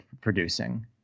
producing